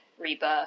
rebirth